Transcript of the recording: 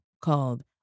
called